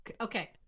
okay